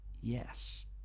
yes